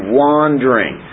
wandering